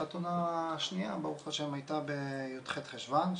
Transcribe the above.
חתונה שנייה ברוך השם הייתה בי"ח חשוון,